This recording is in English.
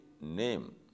name